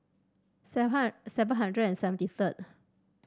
seven seven hundred and seventy third